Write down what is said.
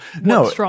No